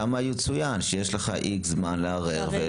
שם יצוין שיש לך X זמן לערער.